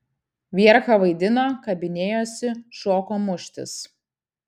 vierchą vaidino kabinėjosi šoko muštis